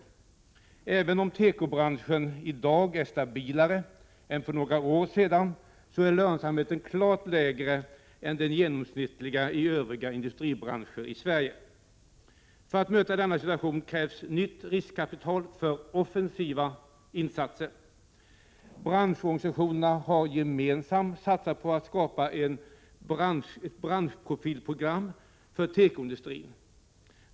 129 Även om tekobranschen i dag är stabilare än för några år sedan, så är lönsamheten klart lägre än den genomsnittliga i övriga industribranscher i Sverige. För att möta denna situation krävs nytt riskkapital för offensiva insatser. Branschorganisationerna har gemensamt satsat på att skapa ett branschprofilprogram för tekoindustrin.